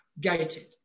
gated